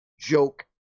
joke